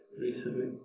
recently